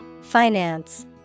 Finance